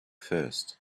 first